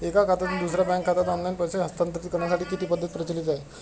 एका खात्यातून दुसऱ्या बँक खात्यात ऑनलाइन पैसे हस्तांतरित करण्यासाठी किती पद्धती प्रचलित आहेत?